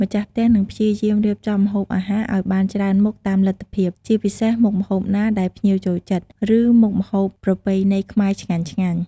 ម្ចាស់ផ្ទះនឹងព្យាយាមរៀបចំម្ហូបអាហារឱ្យបានច្រើនមុខតាមលទ្ធភាព ជាពិសេសមុខម្ហូបណាដែលភ្ញៀវចូលចិត្ត ឬមុខម្ហូបប្រពៃណីខ្មែរឆ្ងាញ់ៗ។